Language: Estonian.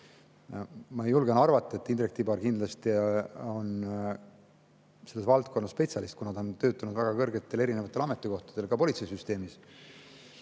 Ma julgen arvata, et Indrek Tibar kindlasti on selles valdkonnas spetsialist, kuna ta on töötanud väga kõrgetel erinevatel ametikohtadel ka politseisüsteemis.